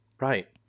right